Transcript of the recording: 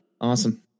awesome